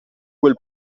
quel